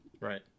Right